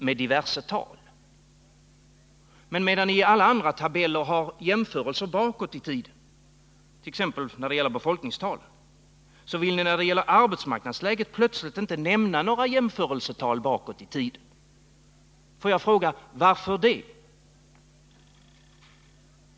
Medan ni i alla andra tabeller har jämförelser bakåt i tiden, t.ex. när det gäller befolkningstalen, vill ni beträffande arbetsmarknadsläget plötsligt inte nämna några jämförelsetal bakåt i tiden. Får jag fråga: Varför det?